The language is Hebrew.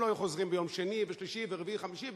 הם לא חוזרים ביום שני ושלישי ורביעי וחמישי.